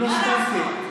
מתעלמים.